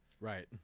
Right